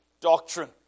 doctrine